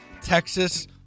Texas